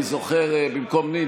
אני זוכר במקום מי.